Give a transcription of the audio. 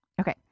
Okay